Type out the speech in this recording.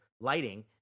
lighting